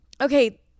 okay